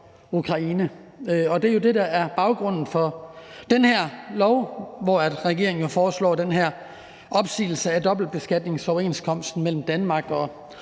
Det er jo det, der er baggrunden for det her lovforslag, hvor regeringen foreslår den her opsigelse af dobbeltbeskatningsoverenskomsten mellem Danmark og